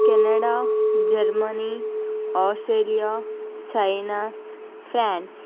Canada Germany Australia China France